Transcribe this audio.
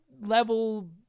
level